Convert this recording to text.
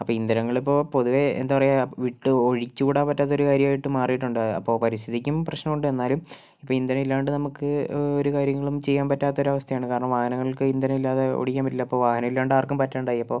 അപ്പോൾ ഇന്ധനങ്ങൾ ഇപ്പോൾ പൊതുവേ എന്താ പറയുക വിട്ട് ഒഴിച്ചു കൂടാൻ പറ്റാത്ത ഒരു കാര്യമായിട്ട് മാറിയിട്ടുണ്ട് അപ്പോൾ പരിസ്ഥിതിക്കും പ്രശ്നമുണ്ട് എന്നാലും ഇപ്പോൾ ഇന്ധനം ഇല്ലാണ്ട് നമുക്ക് ഒരു കാര്യങ്ങളും ചെയ്യാൻ പറ്റാത്ത ഒരു അവസ്ഥയാണ് കാരണം വാഹനങ്ങൾക്ക് ഇന്ധനം ഇല്ലാതെ ഓടിക്കാൻ പറ്റില്ല അപ്പോൾ വാഹനം ഇല്ലാണ്ട് ആർക്കും പറ്റാണ്ടായി അപ്പോൾ